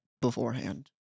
beforehand